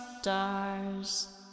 stars